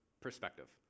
perspective